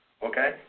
Okay